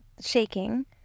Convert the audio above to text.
shaking